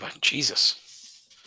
Jesus